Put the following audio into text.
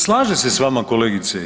Slažem se s vama kolegice.